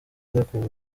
zakuwe